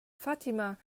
fatima